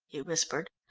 he whispered.